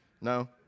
No